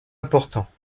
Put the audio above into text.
important